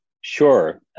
sure